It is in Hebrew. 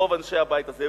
רוב אנשי הבית הזה,